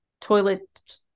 toilet